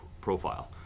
profile